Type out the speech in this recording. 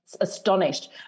astonished